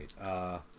right